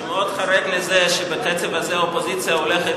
שמאוד חרד לזה שבקצב הזה האופוזיציה הולכת